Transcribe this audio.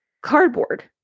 cardboard